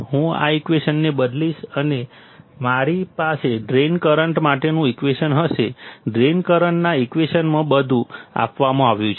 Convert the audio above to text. હું આ ઈક્વેશનને બદલીશ અને મારી પાસે ડ્રેઇન કરંટ માટેનું ઈક્વેશન હશે ડ્રેઇન કરંટના ઈક્વેશનમાં બધું આપવામાં આવ્યું છે